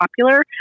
popular